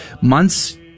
months